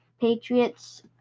Patriots